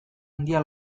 handia